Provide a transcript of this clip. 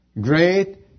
great